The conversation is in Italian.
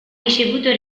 ricevuto